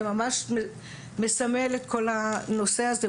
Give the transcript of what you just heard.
זה ממש מסמל את כל הנושא הזה,